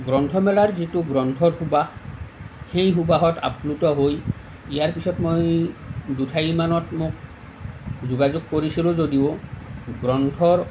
গ্ৰন্থমেলাৰ যিটো গ্ৰন্থৰ সুৱাস সেই সুৱাসত আপ্লুত হৈ ইয়াৰ পিছত মই দুঠাইমানত মোক যোগাযোগ কৰিছিলোঁ যদিও গ্ৰন্থৰ